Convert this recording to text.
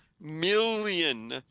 million